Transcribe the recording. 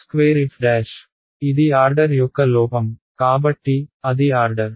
squared oh2f' ఇది order యొక్క లోపం కాబట్టి అది ఆర్డర్